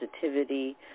positivity